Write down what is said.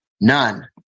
none